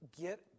Get